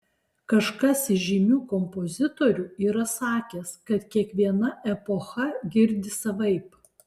kažkas iš žymių kompozitorių yra sakęs kad kiekviena epocha girdi savaip